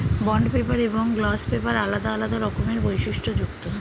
bond paper এবং gloss paper আলাদা আলাদা রকমের বৈশিষ্ট্যযুক্ত